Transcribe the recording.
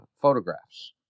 photographs